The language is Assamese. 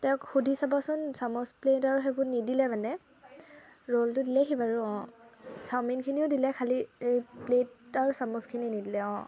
তেওঁক সুধি চাবচোন চামুচ প্লেট আৰু সেইবোৰ নিদিলে মানে ৰ'লটো দিলেহি বাৰু অঁ চাওমিনখিনিও দিলে খালী এই প্লেট আৰু চামুচখিনি নিদিলে অঁ